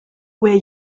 where